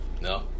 no